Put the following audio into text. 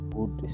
Good